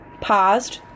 paused